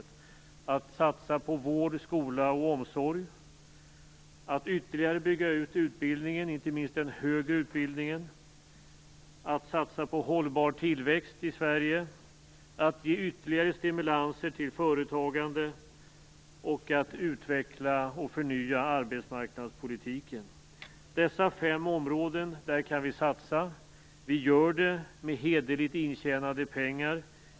Det är att satsa på vård, skola och omsorg, att ytterligare bygga ut utbildningen, inte minst den högre utbildningen, att satsa på hållbar tillväxt i Sverige, att ge ytterligare stimulanser till företagande och att utveckla och förnya arbetsmarknadspolitiken. På dessa fem områden kan vi satsa. Vi gör det med hederligt intjänade pengar.